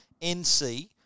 NC